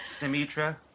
Dimitra